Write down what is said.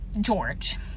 George